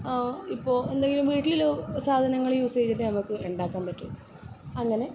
ഇപ്പോൾ എന്തെങ്കിലും വീട്ടിലുള്ള സാധനങ്ങൾ യൂസ് ചെയ്തിട്ട് നമുക്ക് ഉണ്ടാക്കാൻ പറ്റും അങ്ങനെ